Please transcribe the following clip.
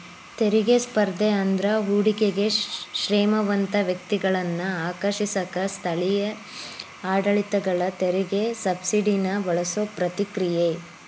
ತೆರಿಗೆ ಸ್ಪರ್ಧೆ ಅಂದ್ರ ಹೂಡಿಕೆಗೆ ಶ್ರೇಮಂತ ವ್ಯಕ್ತಿಗಳನ್ನ ಆಕರ್ಷಿಸಕ ಸ್ಥಳೇಯ ಆಡಳಿತಗಳ ತೆರಿಗೆ ಸಬ್ಸಿಡಿನ ಬಳಸೋ ಪ್ರತಿಕ್ರಿಯೆ